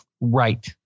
Right